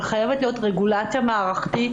אבל חייבת להיות רגולציה מערכתית,